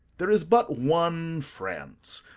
there is but one france,